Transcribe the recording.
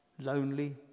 lonely